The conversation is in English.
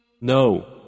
No